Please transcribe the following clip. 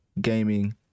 gaming